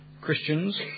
Christians